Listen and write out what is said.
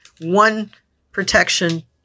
one-protection